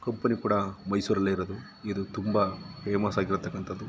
company ಕೂಡ ಮೈಸೂರಲ್ಲೇ ಇರೋದು ಇದು ತುಂಬ ಫೇಮಸ್ ಆಗಿರತಕ್ಕಂಥದ್ದು